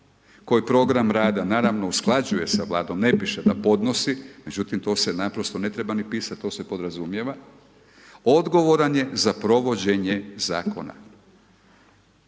koji program rada naravno usklađuje sa Vladom ne piše da ponosi, međutim to se naprosto ne treba ni pisat, to se podrazumijeva odgovoran je za provođenje zakona.